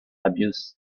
abuse